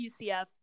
UCF